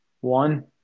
One